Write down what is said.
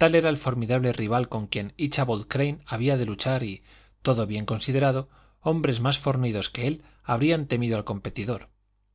tal era el formidable rival con quien íchabod crane había de luchar y todo bien considerado hombres más fornidos que él habrían temido al competidor